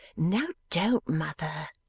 now don't, mother